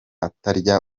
atarya